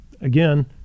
again